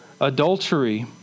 adultery